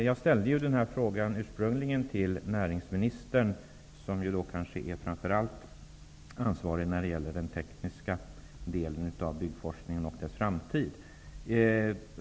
Fru talman! Jag ställde ursprungligen frågan till näringsministern, som framför allt är ansvarig för den tekniska delen av byggforskningen och dess framtid.